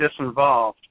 disinvolved